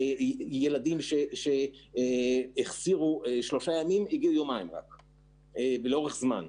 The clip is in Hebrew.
גילינו ילדים שהגיעו יומיים והחסירו שלושה ימים לאורך זמן.